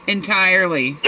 Entirely